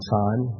time